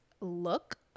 look